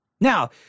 Now